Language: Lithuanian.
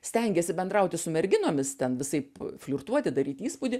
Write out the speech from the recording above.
stengiasi bendrauti su merginomis ten visaip flirtuoti daryti įspūdį